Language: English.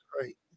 right